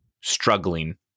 struggling